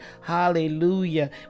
Hallelujah